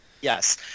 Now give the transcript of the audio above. Yes